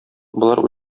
болар